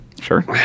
Sure